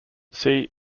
see